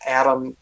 adam